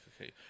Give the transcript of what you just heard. okay